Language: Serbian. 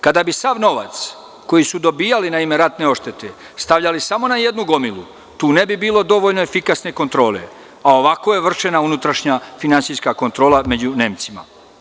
Kada bi sav novac koji su dobijali na ime ratne odštete stavljali samo na jednu gomilu, tu ne bi bilo dovoljno efikasne kontrole, a ovako je vršena unutrašnja finansijska kontrola među Nemcima.